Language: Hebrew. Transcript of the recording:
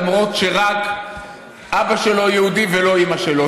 למרות שרק אבא שלו יהודי ולא אימא שלו.